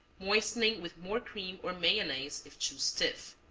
moistening with more cream or mayonnaise if too stiff.